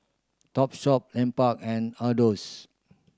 Topshop Lupark and Adore's